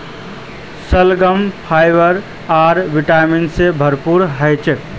शलजम फाइबर आर विटामिन से भरपूर ह छे